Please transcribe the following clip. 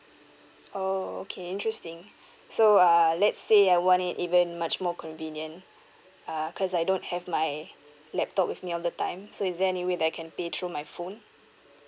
oh okay interesting so uh let's say I want it event much more convenient uh cause I don't have my laptop with me all the time so is there any way that I can pay through my phone